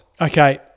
Okay